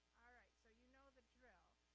all right, so you know the drill.